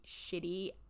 shitty